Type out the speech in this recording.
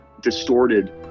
distorted